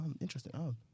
Interesting